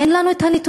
אין לנו הנתונים,